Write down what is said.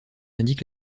indique